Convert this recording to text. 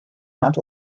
not